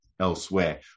elsewhere